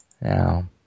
Now